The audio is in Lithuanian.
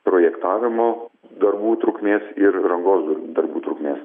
projektavimo darbų trukmės ir rangos darbų trukmės